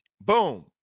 Boom